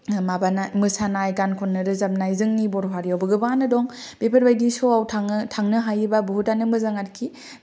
माबानाय मोसानाय गान खन्नाय रोजाबनाय जोंनि बर' हारियावबो गोबां आनो दं बेफोरबादि श'आव थांनो हायोबा बहुतानो मोजां आरोखि